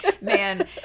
Man